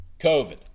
COVID